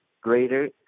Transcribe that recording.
greater